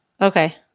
Okay